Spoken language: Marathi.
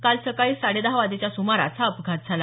काल सकाळी साडे दहा वाजेच्या सुमारास हा अपघात झाला